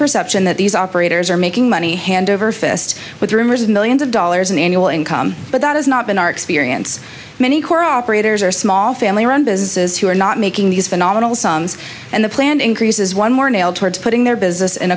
perception that these operators are making money hand over fist with rumors of millions of dollars in annual income but that has not been our experience many core operators or small fam run businesses who are not making these phenomenal songs and the planned increase is one more nail towards putting their business in